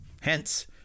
hence